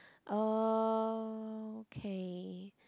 okay